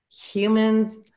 humans